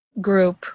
group